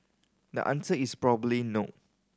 the answer is probably no